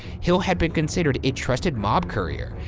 hill had been considered a trusted mob courier,